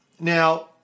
Now